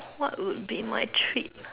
what would be my treat